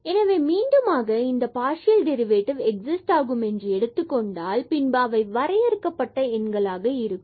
எனவே மீண்டும் ஆக இந்த பார்சியல் டெரிவேட்டிவ் எக்ஸிஸ்ட் ஆகும் என்று எடுத்துக்கொண்டால் பின்பு அவை வரையறுக்கப்பட்ட எண்களாக இருக்கும்